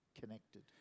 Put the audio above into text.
connected